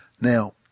Now